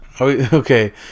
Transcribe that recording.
Okay